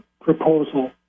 proposal